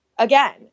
Again